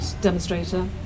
demonstrator